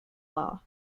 law